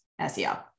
SEO